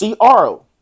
CRO